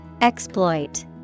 Exploit